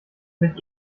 sich